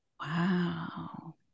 Wow